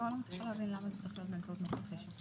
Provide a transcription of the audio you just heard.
לא מצליחה להבין מדוע זה צריך להיות באמצעות מס רכישה.